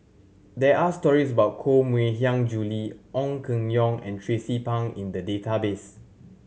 there are stories about Koh Mui Hiang Julie Ong Keng Yong and Tracie Pang in the database